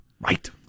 Right